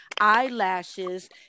eyelashes